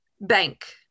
Bank